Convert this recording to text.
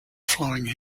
flowing